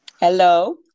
Hello